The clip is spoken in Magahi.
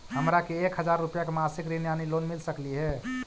हमरा के एक हजार रुपया के मासिक ऋण यानी लोन मिल सकली हे?